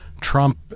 Trump